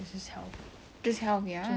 for your partner when you look like that